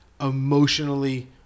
emotionally